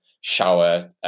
shower